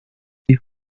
die